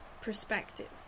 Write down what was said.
perspective